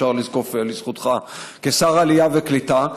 אפשר לזקוף לזכותך כשר עלייה וקליטה.